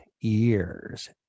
years